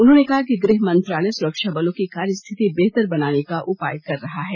उन्होंने कहा कि ग़ह मंत्रालय सुरक्षाबलों की कार्य स्थिति बेहतर बनाने का उपाय कर रहा है